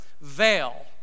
veil